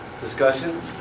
Discussion